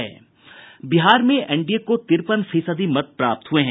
बिहार में एनडीए को तिरपन फीसदी मत प्राप्त हुये हैं